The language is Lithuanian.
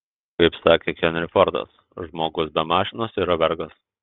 kaip sakė henry fordas žmogus be mašinos yra vergas